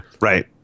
Right